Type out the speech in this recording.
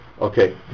Okay